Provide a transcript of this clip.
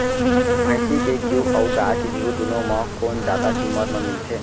भैंसी के घीव अऊ गाय के घीव दूनो म कोन जादा किम्मत म मिलथे?